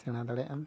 ᱥᱮᱬᱟ ᱫᱟᱲᱮᱭᱟᱜ ᱟᱢ